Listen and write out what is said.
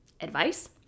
advice